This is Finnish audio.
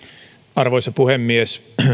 arvoisa puhemies